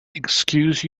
excuse